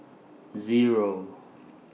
Zero